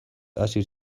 hasi